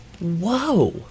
Whoa